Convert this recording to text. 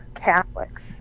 catholics